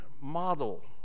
model